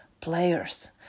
players